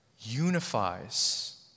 unifies